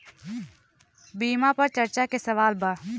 बीमा पर चर्चा के सवाल बा?